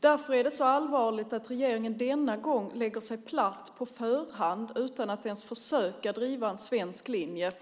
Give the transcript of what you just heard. Därför är det så allvarligt att regeringen denna gång lägger sig platt på förhand utan att ens försöka driva en svensk linje.